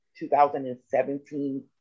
2017